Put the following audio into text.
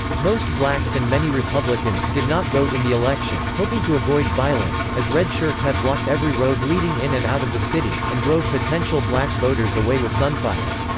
most blacks and many republicans did not vote in the election, hoping to avoid violence, as red shirts had blocked every road leading in and out of the city, and drove potential black voters away with gunfire.